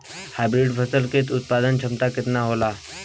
Hybrid फसल क उत्पादन क्षमता केतना होला?